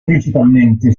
principalmente